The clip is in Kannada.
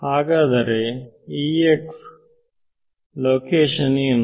ಹಾಗಾದರೆ ನ ಲೋಕೇಶನ್ ಏನು